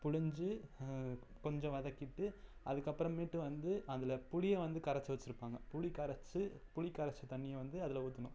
பிழிஞ்சி கொஞ்சம் வதக்கிட்டு அதுக்கப்பறமேட்டு வந்து அதில் புளியை வந்து கரைச்சி வச்சிருப்பாங்க புளி கரைச்சி புளி கரைச்ச தண்ணிய வந்து அதில் ஊற்றணும்